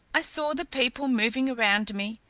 i saw the people moving around me,